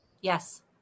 Yes